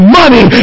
money